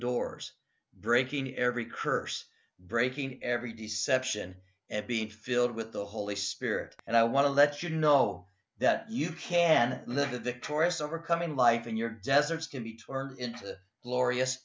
doors breaking every curse breaking every d seps and being filled with the holy spirit and i want to let you know that you can live the victorious overcoming life in your deserts can be turned into glorious